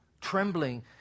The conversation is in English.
trembling